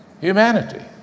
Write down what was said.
humanity